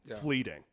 fleeting